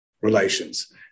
relations